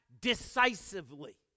decisively